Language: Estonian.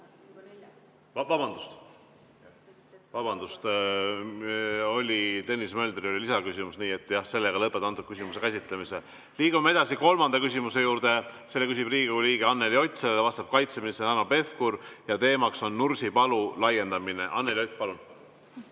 Vabandust! Vabandust! Tõnis Möldril oli lisaküsimus. Nii et jah, lõpetan selle küsimuse käsitlemise. Liigume edasi kolmanda küsimuse juurde. Selle küsib Riigikogu liige Anneli Ott, sellele vastab kaitseminister Hanno Pevkur ja teema on Nursipalu laiendamine. Anneli Ott, palun!